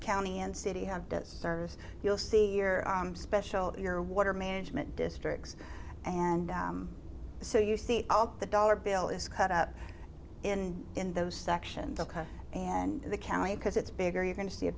county and city and does service you'll see your arm special your water management districts and so you see all the dollar bill is cut up in in those sections and the county because it's bigger you're going to see a